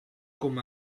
com